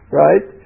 right